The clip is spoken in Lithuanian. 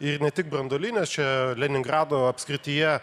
ir ne tik branduolinės čia leningrado apskrityje